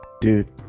Dude